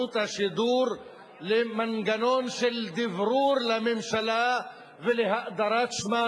השידור למנגנון של דברור לממשלה ולהאדרת שמה,